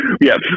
Yes